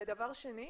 דבר שני.